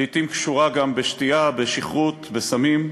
לעתים היא קשורה גם בשתייה, בשכרות, בסמים.